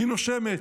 היא נושמת,